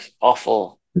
awful